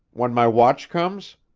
when my watch comes?